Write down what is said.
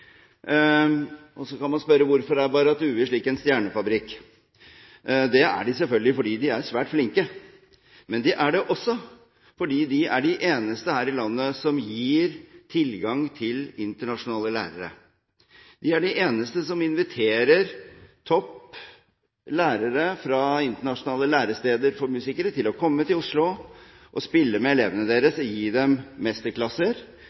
Så kan man spørre: Hvorfor er Barrat Due en slik stjernefabrikk? Det er de selvfølgelig fordi de er svært flinke. Men de er det også fordi de er de eneste her i landet som gir tilgang til internasjonale lærere. De er de eneste som inviterer topp lærere fra internasjonale læresteder for musikere til å komme til Oslo og spille med elevene deres og gi dem mesterklasser